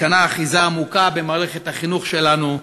שקנה אחיזה עמוקה במערכת החינוך שלנו.